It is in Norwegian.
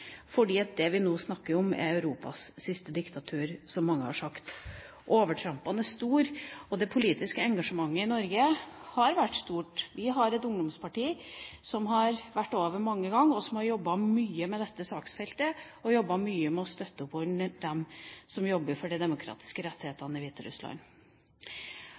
Det vi nå snakker om, er Europas siste diktatur, som mange har sagt, og overtrampene er store. Det politiske engasjementet i Norge har vært stort. Vi har et ungdomsparti som har vært over mange ganger, som har jobbet mye med dette saksfeltet og jobbet mye med å støtte opp under dem som jobber for de demokratiske rettighetene i Hviterussland.